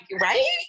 right